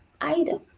item